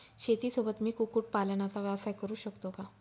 शेतीसोबत मी कुक्कुटपालनाचा व्यवसाय करु शकतो का?